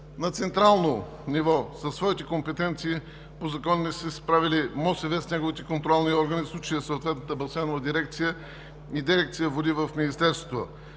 На централно ниво със своите компетенции по закон не са се справили МОСВ с неговите контролни органи – в случая съответната Басейнова дирекция и дирекция „Води“ в Министерството